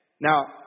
Now